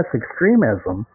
extremism